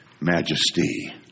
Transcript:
Majesty